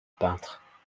peintre